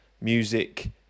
Music